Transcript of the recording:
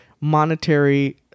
monetary